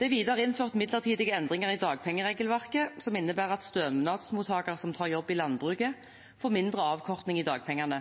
Det er videre innført midlertidige endringer i dagpengeregelverket, som innebærer at stønadsmottakere som tar jobb i landbruket, får mindre avkortning i dagpengene.